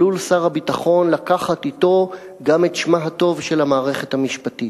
עלול שר הביטחון לקחת אתו גם את שמה הטוב של המערכת המשפטית,